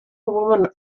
woman